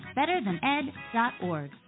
BetterThanEd.org